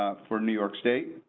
ah for new york state.